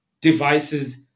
devices